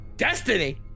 destiny